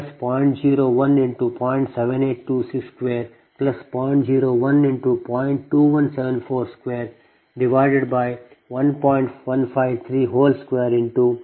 010